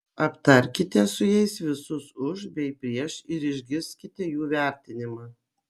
aptarkite su jais visus už bei prieš ir išgirskite jų vertinimą